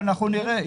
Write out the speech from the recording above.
אנחנו נראה,